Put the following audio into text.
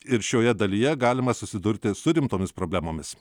ir šioje dalyje galima susidurti su rimtomis problemomis